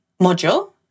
module